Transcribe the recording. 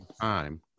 Time